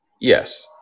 Yes